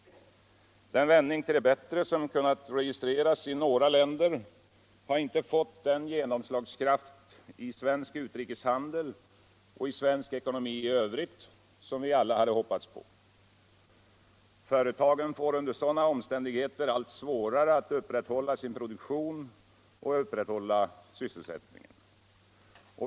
Den vändning till det bättre som kunnat registreras i några länder har inte fått den genomslagskraft i svensk utrikeshandel och i svensk ekonomi i övrigt som vi alla hade hoppats på. Företagen får under sådana omständigheter allt svårare att upprätthålla sin produktion och sysselsätltning.